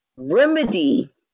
Remedy